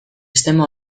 sistema